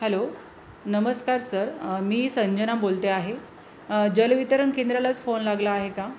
hello नमस्कार sir मी संजना बोलते आहे जलवितरण केंद्रालाच फोन लागला आहे का